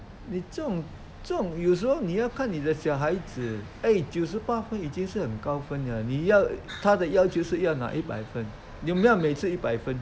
你这种这种有时候你要看你的小孩子 eh 九十八分已经是很高分了你要他的要求是要拿一百分你要每次一百分